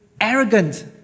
arrogant